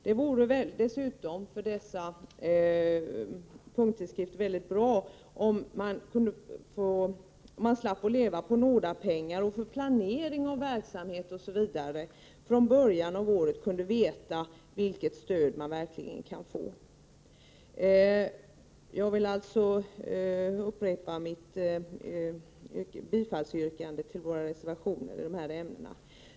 Det vore dessutom för dessa punkttidskrifter bra om de slapp leva på nådepengar och i stället för planering av verksamhet osv. redan från början av året kunde veta vilket stöd de verkligen kan få. Jag vill alltså upprepa mitt bifallsyrkande till våra reservationer i dessa frågor.